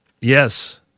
yes